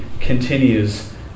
continues